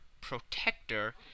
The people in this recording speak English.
protector